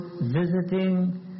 visiting